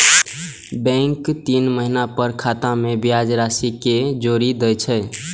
bank तीन महीना पर खाता मे ब्याज राशि कें जोड़ि दै छै